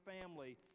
family